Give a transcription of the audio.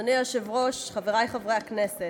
אדוני היושב-ראש, חברי חברי הכנסת,